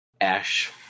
ash